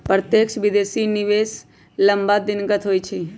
प्रत्यक्ष विदेशी निवेश लम्मा दिनगत होइ छइ